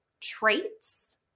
traits